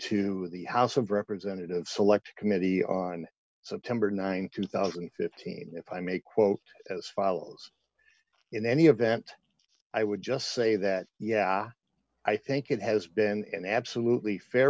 to the house of representatives select committee on september th two thousand and fifteen if i may quote as follows in any event i would just say that yeah i think it has been an absolutely fair